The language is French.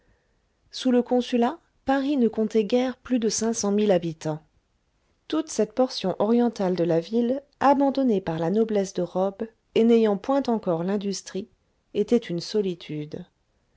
sous le consulat paris ne comptait guère plus de cinq cent mille habitants toute cette portion orientale de la ville abandonnée par la noblesse de robe et n'ayant point encore l'industrie était une solitude